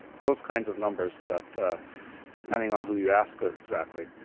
those kinds of numbers, that depending on who you ask ah exactly.